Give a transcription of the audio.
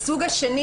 הסוג השני,